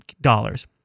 dollars